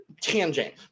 tangent